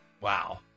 Wow